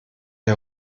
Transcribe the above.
der